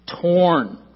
torn